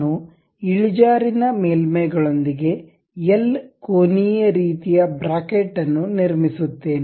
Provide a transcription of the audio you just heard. ನಾನು ಇಳಿಜಾರಿನ ಮೇಲ್ಮೈಗಳೊಂದಿಗೆ ಎಲ್ ಕೋನೀಯ ರೀತಿಯ ಬ್ರಾಕೆಟ್ ಅನ್ನು ನಿರ್ಮಿಸುತ್ತೇನೆ